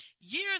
years